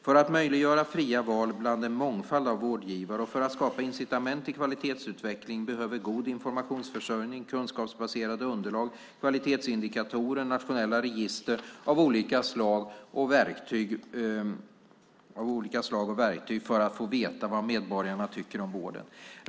För att möjliggöra fria val bland en mångfald av vårdgivare och för att skapa incitament till kvalitetsutveckling behövs god informationsförsörjning, kunskapsbaserade underlag, kvalitetsindikatorer, nationella register av olika slag och verktyg för att få veta vad medborgarna tycker om vården.